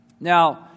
Now